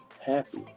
happy